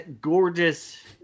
gorgeous